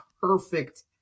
perfect